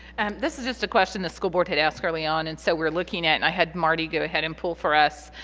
this is just a question the school board had asked early on and so we're looking looking at and i had marty go ahead and pull for us.